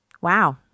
Wow